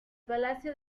palacio